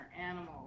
animals